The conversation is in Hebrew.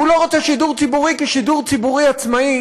הוא לא רוצה שידור ציבורי, כי שידור ציבורי עצמאי